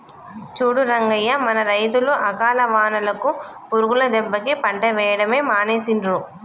చూడు రంగయ్య మన రైతులు అకాల వానలకు పురుగుల దెబ్బకి పంట వేయడమే మానేసిండ్రు